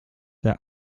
der